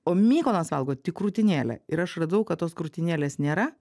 o mykonas valgo tik krūtinėlę ir aš radau kad tos krūtinėlės nėra